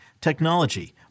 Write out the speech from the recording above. technology